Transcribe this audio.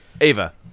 Ava